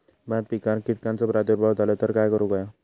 भात पिकांक कीटकांचो प्रादुर्भाव झालो तर काय करूक होया?